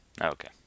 Okay